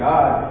God